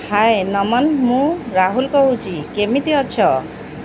ହାଏ ନମନ ମୁଁ ରାହୁଲ କହୁଛି କେମିତି ଅଛ